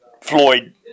Floyd